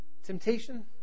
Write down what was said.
Temptation